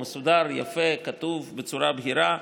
הוא מסודר יפה, כתוב בצורה בהירה,